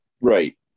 Right